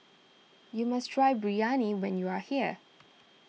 you must try Biryani when you are here